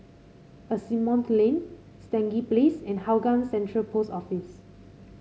Asimont Lane Stangee Place and Hougang Central Post Office